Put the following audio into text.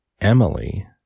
Emily